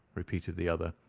repeated the other,